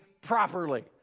properly